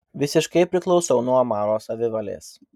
visiškai priklausiau nuo omaro savivalės